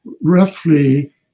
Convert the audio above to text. roughly